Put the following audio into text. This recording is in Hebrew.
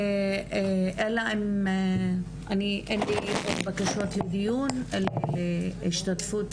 אלא אם יש עוד בקשות לדיון להשתתפות?